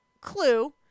clue